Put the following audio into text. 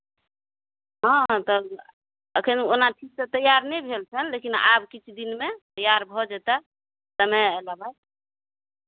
हँ तऽ एखन ओना ठीकसँ तैयार नहि भेल छनि लेकिन आब किछु दिनमे तैयार भऽ जेतै समय अयला बाद